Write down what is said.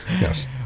Yes